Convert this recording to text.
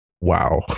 wow